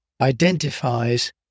identifies